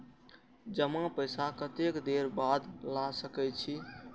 जमा पैसा कतेक देर बाद ला सके छी?